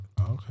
Okay